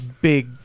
big